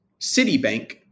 Citibank